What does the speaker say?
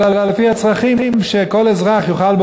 אלא לפי הצרכים של כל אזרח שיוכל,